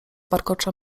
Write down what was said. warkocza